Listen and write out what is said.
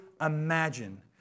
imagine